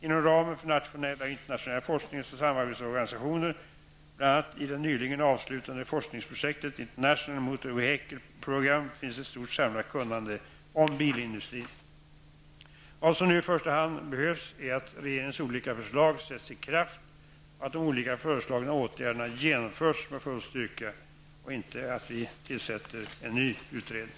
Inom ramen för nationella och internationella forsknings och samarbetsorganisationer, bl.a. i det nyligen avslutade forskningsprojektet International Motor Vehicle Program, finns ett stort samlat kunnande om bilindustrin. Vad som nu i första hand behövs är att regeringens olika förslag sätts i kraft och att de olika föreslagna åtgärderna genomförs med full styrka och inte att vi tillsätter en ny utredning.